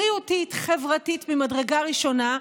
בריאותית וחברתית ממדרגה ראשונה,